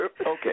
Okay